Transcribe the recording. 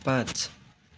पाँच